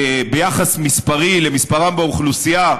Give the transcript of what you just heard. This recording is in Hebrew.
יחסית למספרם באוכלוסייה,